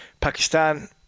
Pakistan